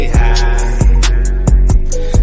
high